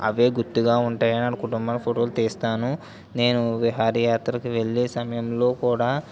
అవే అవే గుర్తుగా ఉంటాయని అనుకుంటున్నాను ఫోటోలు తీస్తాను నేను విహార యాత్రకు వెళ్ళే సమయంలో కూడా